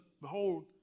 behold